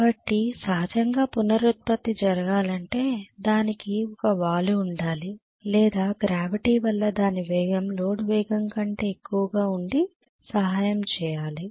కాబట్టి సహజంగా పునరుత్పత్తి జరగాలంటే దానికి ఒక వాలు ఉండాలి లేదా గ్రావిటీ వల్ల దాని వేగం లోడ్ వేగం కంటే ఎక్కువగా ఉండి సహాయం చేయాలి